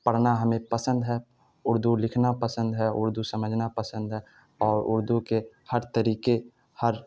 پڑھنا ہمیں پسند ہے اردو لکھنا پسند ہے اردو سمجھنا پسند ہے اور اردو کے ہر طریقے ہر